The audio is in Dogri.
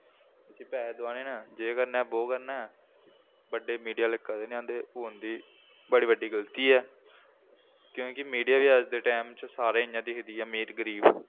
इसी पैहे दोआने न जे करना ऐ बो करना ऐ बड्डे मीडिया आह्ले कदें निं आंदे ओह् उंदी बड़ी बड्डी गल्ती ऐ क्योंकि मीडिया बी अज्ज दे टाइम च सारे इ'यां दिखदी ऐ अमीर गरीब